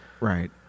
Right